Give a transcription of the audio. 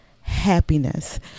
happiness